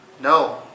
No